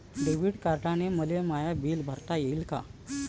Debit कार्डानं मले my bill भरता येईन का?